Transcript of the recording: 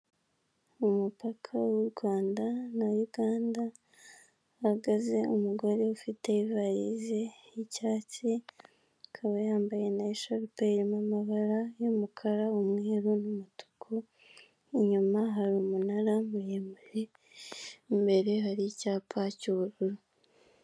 Umupaka w'u Rwanda na uganda hahagaze umugore ufite ivarize y'icyatsi ikaba yambaye na sharupe iri mu ibara y'umukara umweru n'umutuku inyuma hari umunara muremure imbere hari icyapa cy'ubururu.